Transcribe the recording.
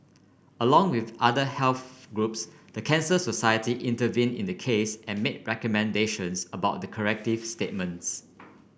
along with other health groups the Cancer Society intervened in the case and made recommendations about the corrective statements